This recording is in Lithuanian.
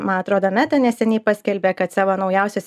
man atrodo meta neseniai paskelbė kad savo naujausios